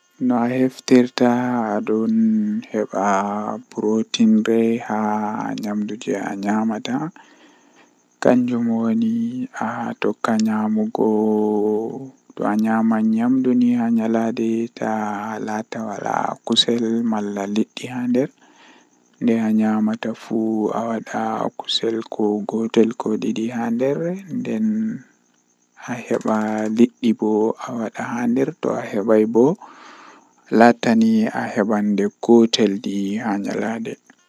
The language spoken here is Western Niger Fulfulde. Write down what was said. Lewru jei mi burdaa yiduki kanjum woni lewru jei arandewol haa nduubu kanjum be wiyata janwari ko wadi bo lewru nai kanjum be danyi amkanjum on seyo malla nyalande lewru be danyi am den don wela mi masin.